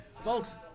Folks